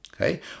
Okay